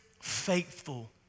faithful